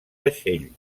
vaixell